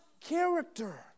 character